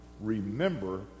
Remember